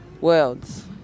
worlds